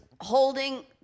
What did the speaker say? holding